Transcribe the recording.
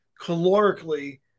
calorically